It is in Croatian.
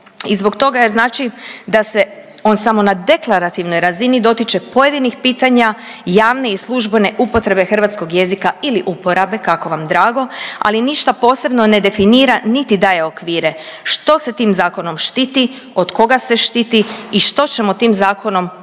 i zbog toga jer znači da se on samo na deklaratornoj razini dotiče pojedinih pitanja javne i službene upotrebe hrvatskog jezika ili uporabe kako vam drago, ali ništa posebno ne definira niti daje okvire što se tim zakonom štiti, od koga se štiti i što ćemo tim zakonom u